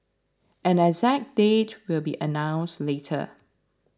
an exact date will be announced later